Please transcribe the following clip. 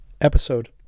episode